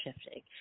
shifting